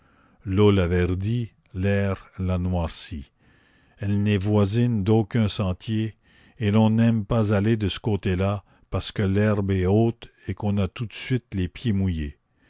l'eau la verdit l'air la noircit elle n'est voisine d'aucun sentier et l'on n'aime pas aller de ce côté-là parce que l'herbe est haute et qu'on a tout de suite les pieds mouillés